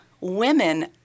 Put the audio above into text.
women